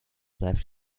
left